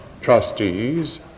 trustees